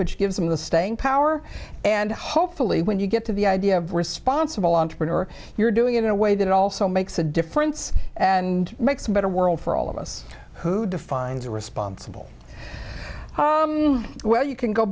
which gives them the staying power and hopefully when you get to the idea of responsible entrepreneur you're doing it in a way that also makes a difference and makes a better world for all of us who defines a responsible where you can go